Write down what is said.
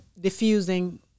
diffusing